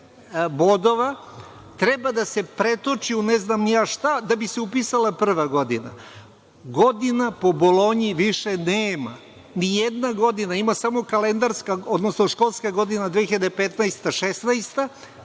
treba da se pretoči u ne znam ni ja šta da bi se upisala prva godina. Godina po Bolonji više nema, ni jedna godina, postoji samo školska godina 2015/2016,